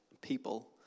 people